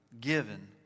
given